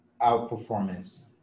outperformance